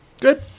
good